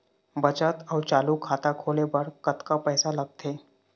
बचत अऊ चालू खाता खोले बर कतका पैसा लगथे?